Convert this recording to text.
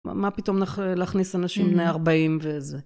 מה פתאום להכניס אנשים 140 וזה?